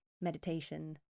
meditation